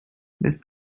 this